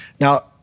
Now